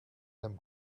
them